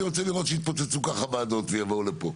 אני רוצה לראות שיתפוצצו ככה וועדות ויבואו לפה.